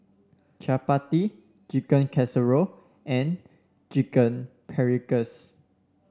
Chapati Chicken Casserole and Chicken Paprikas